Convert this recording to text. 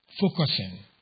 focusing